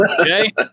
okay